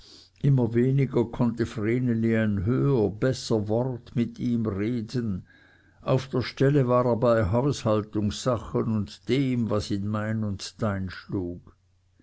immer weniger konnte vreneli ein höher besser wort mit ihm reden auf der stelle war er bei haushaltungssachen und dem was in mein und dein einschlug